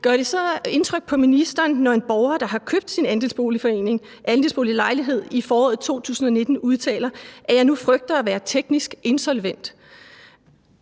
Gør det så indtryk på ministeren, når en borger, der har købt sin andelsboliglejlighed i foråret 2019, udtaler, at vedkommende nu frygter at være teknisk insolvent?